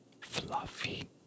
fluffy